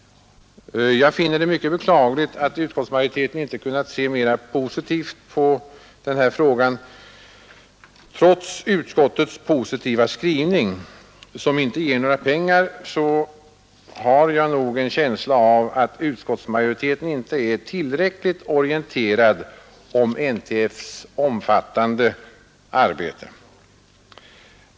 Jag finner det mycket beklagligt att utskottsmajoriteten inte kunnat se mer positivt på denna fråga. Jag har en känsla av att utskottsmajoriteten, trots den positiva skrivningen, inte är tillräckligt orienterad om NTF:s omfattande arbete.